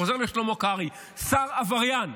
חוזר לשלמה קרעי, שר עבריין,